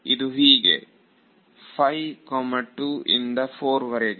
ಇದು ಹೀಗೆ 5 2 ಇಂದ 4 ವರೆಗೆ